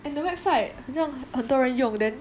and the website 很像很多人用 then